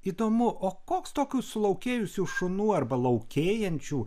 įdomu o koks tokių sulaukėjusių šunų arba laukėjančių